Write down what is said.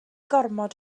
gormod